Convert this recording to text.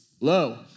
low